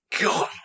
God